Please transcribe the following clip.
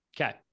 okay